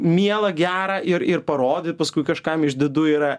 miela gera ir ir parodyt paskui kažkam išdidu yra